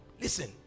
Listen